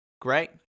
great